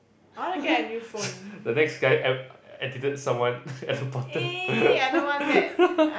s~ the next guy ed~ edited someone at the bottom